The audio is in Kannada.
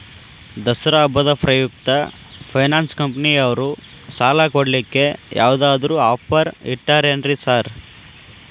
ದಸರಾ ಹಬ್ಬದ ಪ್ರಯುಕ್ತ ಫೈನಾನ್ಸ್ ಕಂಪನಿಯವ್ರು ಸಾಲ ಕೊಡ್ಲಿಕ್ಕೆ ಯಾವದಾದ್ರು ಆಫರ್ ಇಟ್ಟಾರೆನ್ರಿ ಸಾರ್?